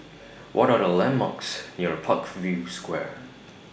What Are The landmarks near Parkview Square